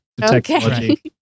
technology